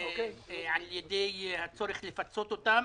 על ידי הצורך לפצות אותם